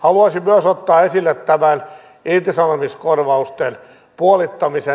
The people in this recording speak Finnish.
haluaisin myös ottaa esille tämän irtisanomiskorvausten puolittamisen